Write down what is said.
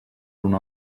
una